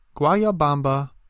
Guayabamba